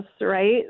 right